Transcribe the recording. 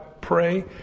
pray